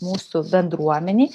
mūsų bendruomenei